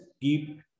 keep